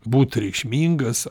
būt reikšmingas